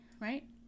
right